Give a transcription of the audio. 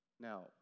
Now